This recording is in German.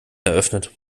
eröffnet